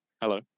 Hello